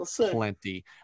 Plenty